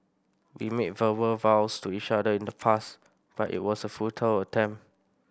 we made verbal vows to each other in the past but it was a futile attempt